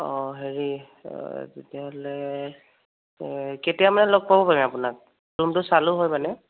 অ হেৰি তেতিয়াহ'লে কেতিয়ামানে লগ পাব পাৰিম আপোনাক ৰুমটো চালো হয় মানে